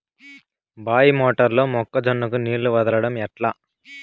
బాయి మోటారు లో మొక్క జొన్నకు నీళ్లు వదలడం ఎట్లా?